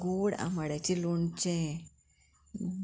गोड आंबाड्याचें लोणचें